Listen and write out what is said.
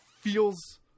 feels